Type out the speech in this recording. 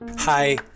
hi